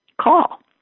call